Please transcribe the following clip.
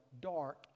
dark